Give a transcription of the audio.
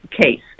case